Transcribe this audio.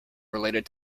related